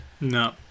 No